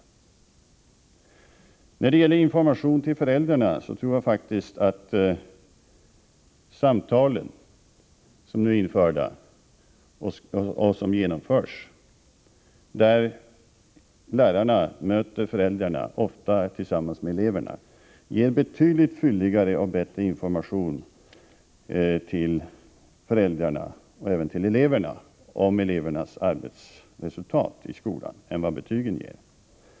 Låt mig sedan säga något om information till föräldrarna. Jag tror faktiskt att de samtal som nu är införda — där lärarna möter föräldrarna, ofta tillsammans med eleven — ger betydligt fylligare och bättre information till föräldrarna och även till eleverna om elevernas resultat i skolan än betygen ger.